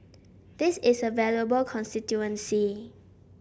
this is a valuable constituency